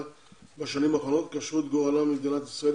בשנים האחרונות קשרו את גורלם למדינת ישראל,